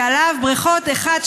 שעליו בריכות 1,